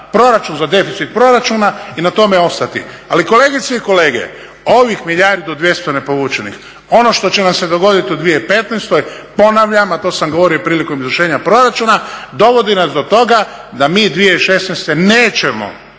proračun, za deficit proračuna i na tome ostati. Ali kolegice i kolege, ovo milijardu i 200 nepovučenih, ono što će nam se dogodit u 2015., ponavljam a to sam govorio prilikom izvršenja proračuna, dovodi nas do toga da mi 2016. nećemo